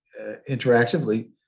interactively